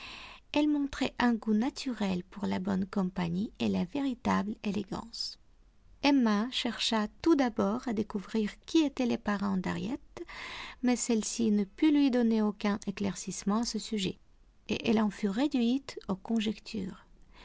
elle montrait un goût naturel pour la bonne compagnie et la véritable élégance emma chercha tout d'abord à découvrir qui étaient les parents d'harriet mais celle-ci ne put lui donner aucun éclaircissement à ce sujet et elle en fut réduite aux conjectures